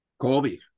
Colby